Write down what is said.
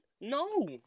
No